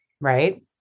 right